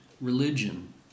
religion